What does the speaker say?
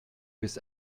his